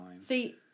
See